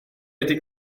ydy